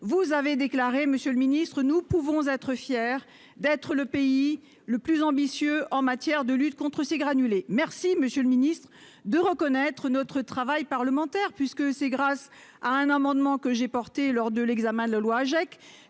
Vous avez déclaré, monsieur le ministre :« Nous pouvons être fiers d'être le pays au monde le plus ambitieux en matière de lutte contre ces granulés. » Je vous remercie, monsieur le ministre, de reconnaître notre travail parlementaire, puisque c'est grâce à un amendement que j'ai défendu, lors de l'examen de la loi